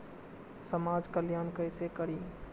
समाज कल्याण केसे करी?